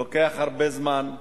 לוקח הרבה זמן.